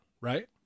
right